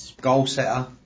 goal-setter